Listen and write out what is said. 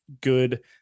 good